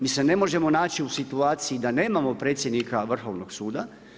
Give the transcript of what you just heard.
Mi se ne možemo naći u situaciji da nemamo predsjednika Vrhovnog suda.